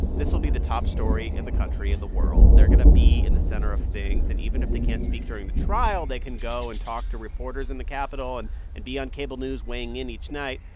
this will be the top story in the country, in the world. they're going to be in the center of things. and even if they can't speak during the trial, they can go and talk to reporters in the capitol and and be on cable news, weighing in each night.